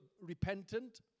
repentant